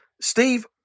Steve